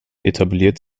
etabliert